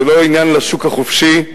זה לא עניין לשוק החופשי.